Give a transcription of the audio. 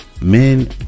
men